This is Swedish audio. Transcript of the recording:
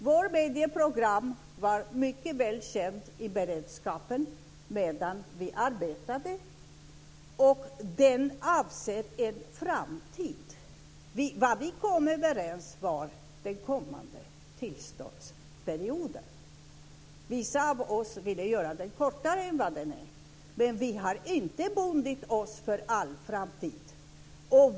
Vårt medieprogram var mycket väl känt medan vi arbetade med beredningen. Det avser en framtid. Det vi kom överens om var den kommande tillståndsperioden. Vissa av oss ville göra den kortare än den är. Men vi har inte bundit oss för all framtid.